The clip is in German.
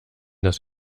dass